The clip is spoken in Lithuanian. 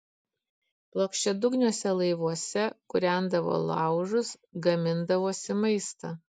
plokščiadugniuose laivuose kūrendavo laužus gamindavosi maistą